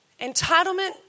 entitlement